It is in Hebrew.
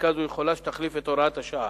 חקיקה זו, אפשר שתחליף את הוראת השעה.